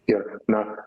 ir na